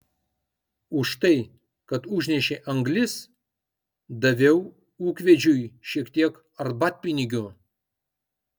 už tai kad užnešė anglis daviau ūkvedžiui šiek tiek arbatpinigių